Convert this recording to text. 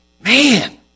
Man